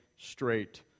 straight